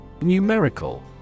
Numerical